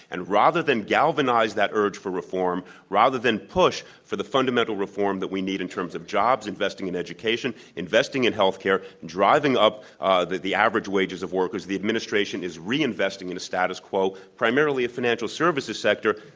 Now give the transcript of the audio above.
and rather than galvanize that urge for reform, rather than push for the fundamental reform that we need in terms of jobs, investing in education, investing in health care, driving up ah the the average wages of workers, the administration is reinvesting in the status quo, primarily a financial services sector,